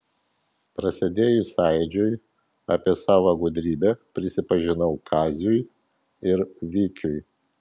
prasidėjus sąjūdžiui apie savo gudrybę prisipažinau kaziui ir vikiui